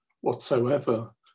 whatsoever